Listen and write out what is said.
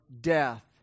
death